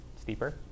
steeper